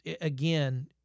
again